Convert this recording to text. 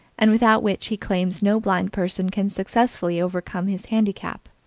and without which he claims no blind person can successfully overcome his handicap.